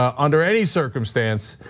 um under any circumstance.